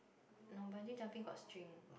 no Bungee jumping got string